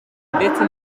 ndetse